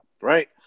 Right